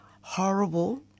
horrible